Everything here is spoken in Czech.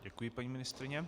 Děkuji, paní ministryně.